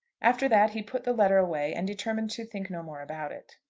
after that he put the letter away, and determined to think no more about it.